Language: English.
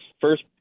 First